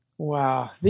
Wow